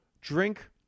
drink